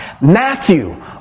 Matthew